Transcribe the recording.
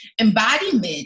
Embodiment